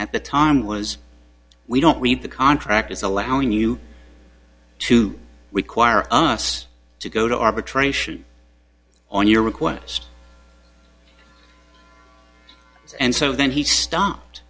at the time was we don't read the contract is allowing you to require us to go to arbitration on your request and so then he stopped